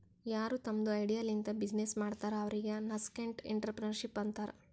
ಯಾರು ತಮ್ದು ಐಡಿಯಾ ಲಿಂತ ಬಿಸಿನ್ನೆಸ್ ಮಾಡ್ತಾರ ಅವ್ರಿಗ ನಸ್ಕೆಂಟ್ಇಂಟರಪ್ರೆನರ್ಶಿಪ್ ಅಂತಾರ್